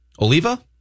Oliva